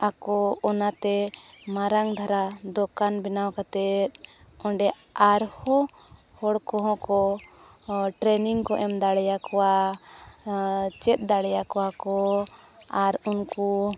ᱟᱠᱚ ᱚᱱᱟᱛᱮ ᱢᱟᱨᱟᱝ ᱫᱷᱟᱨᱟ ᱫᱚᱠᱟᱱ ᱵᱮᱱᱟᱣ ᱠᱟᱛᱮᱫ ᱚᱸᱰᱮ ᱟᱨᱦᱚᱸ ᱦᱚᱲ ᱠᱚᱦᱚᱸ ᱠᱚ ᱴᱨᱮᱱᱤᱝ ᱠᱚ ᱮᱢ ᱫᱟᱲᱮᱭᱟ ᱠᱚᱣᱟ ᱪᱮᱫ ᱫᱟᱲᱮᱭᱟ ᱠᱚᱣᱟ ᱠᱚ ᱟᱨ ᱩᱱᱠᱩ